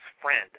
friend